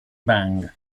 bang